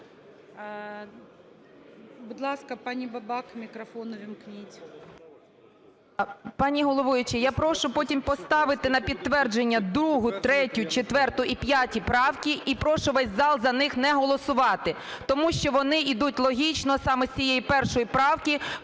Будь ласка, пані Бабак мікрофон увімкніть.